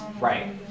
Right